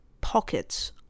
pockets